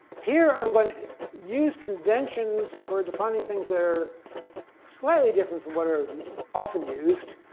here i'm going to use conventions for defining things that are slightly different from what are often used.